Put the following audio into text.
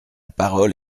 parole